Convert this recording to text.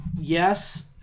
yes